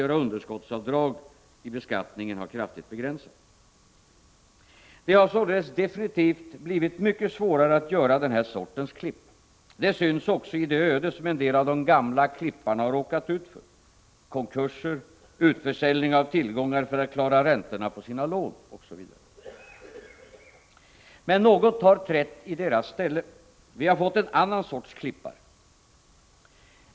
göra underskottsavdrag i beskattningen har kraftigt begränsats. Det har således definitivt blivit mycket svårare att göra den här sortens klipp. Det syns också i det öde som en del av de gamla klipparna råkat ut för — konkurser, utförsäljning av tillgångar för att klara räntorna på sina lån osv. Men något har trätt i deras ställe. Vi har fått en annan sorts klippare.